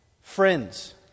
friends